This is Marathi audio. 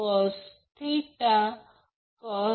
8 40 kVAr असेल